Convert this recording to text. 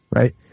right